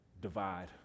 divide